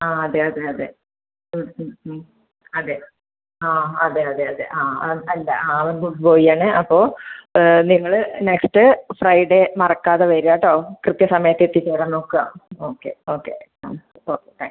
ആ അതെ അതെ അതെ ആ ഉം ഉം ഉം അതെ ആ അതെ അതെ അതെ ആ ആ അല്ല അവൻ ഗുഡ് ബോയ് ആണ് അപ്പോൾ നിങ്ങൾ നെക്സ്റ്റ് ഫ്രൈഡേ മറക്കാതെ വരുക കേട്ടോ കൃത്യ സമയത്ത് എത്തിച്ചേരാൻ നോക്കുക ഓക്കെ ഓക്കെ ആ ഓ താങ്ക്സ്